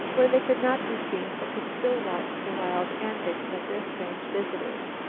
where they could not be seen but could still watch the wild antics of their strange visitors.